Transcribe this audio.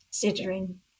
considering